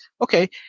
okay